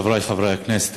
חברי חברי הכנסת,